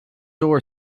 door